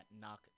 knock